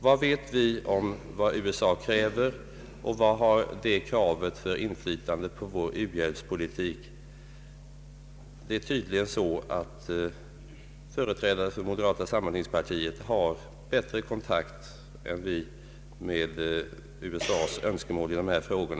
Vad vet vi om vad USA kräver, och vilket inflytande har ett sådant krav på vår uhjälpspolitik? Det är tydligen så att företrädare för moderata samlingspartiet har bättre kontakt än vi med USA:s önskemål i dessa frågor.